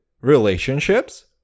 relationships